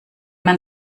man